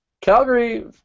Calgary